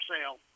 sale